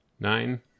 Nine